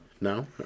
No